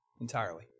entirely